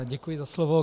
Děkuji za slovo.